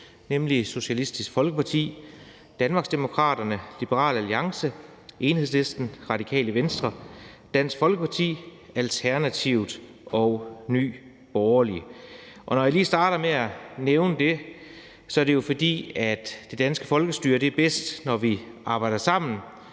nemlig Socialistisk Folkeparti, Danmarksdemokraterne, Liberal Alliance, Enhedslisten, Radikale Venstre, Dansk Folkeparti, Alternativet og Nye Borgerlige. Og når jeg lige starter med at nævne det, er det jo, fordi det danske folkestyre er bedst, når vi arbejder sammen.